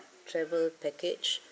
travel package